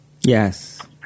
Yes